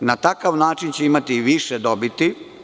Na takav način će imati više dobiti.